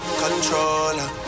controller